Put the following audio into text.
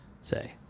say